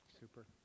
Super